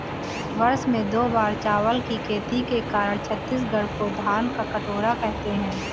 वर्ष में दो बार चावल की खेती के कारण छत्तीसगढ़ को धान का कटोरा कहते हैं